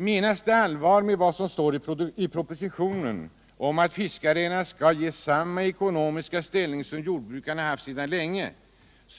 Mcnas det allvar med vad som sägs i propositionen om att fiskarna skall ges samma ekonomiska ställning som jordbrukarna haft sedan länge,